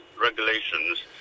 regulations